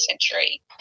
century